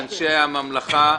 לאנשי הממלכה,